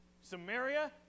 Samaria